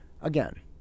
Again